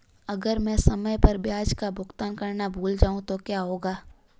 अगर मैं समय पर ब्याज का भुगतान करना भूल जाऊं तो क्या होगा?